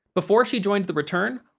before she joined the return,